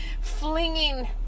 flinging